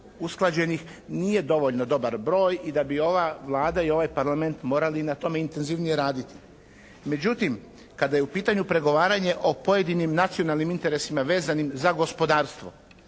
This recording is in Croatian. nije dovoljno dobar broj i da bi ova Vlada i ovaj Parlament morali na tome intenzivnije raditi. Međutim, kada je u pitanju pregovaranje o pojedinim nacionalnim interesima vezan im za gospodarstvo.